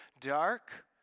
dark